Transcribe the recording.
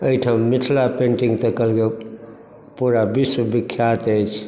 अहिठाम मिथिला पेन्टिंग तऽ कहलकै पूरा विश्व विख्यात अछि